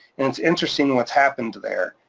and it's interesting what's happened there,